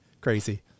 crazy